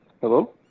Hello